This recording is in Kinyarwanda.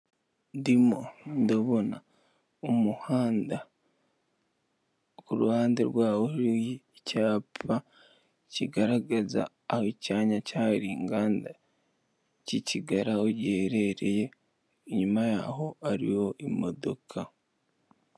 Ndimo ndabona umuhanda kuruhande rwawo hari icyapa kigaragaza icyana cyahariwe inganda cy' i kigari aho giherereye inyuma yaho hari imodoka.